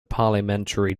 parliamentary